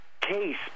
case